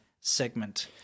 segment